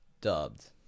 dubbed